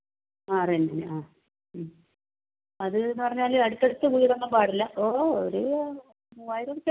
ആ റെൻറ്റിന് ആ അതെന്ന് പറഞ്ഞാൽ അടുത്തടുത്ത് വീടൊന്നും പാടില്ല ഓ ഒരു മൂവായിരം ഉർപ്യേൻറ്റേനൊക്കെ ആവാ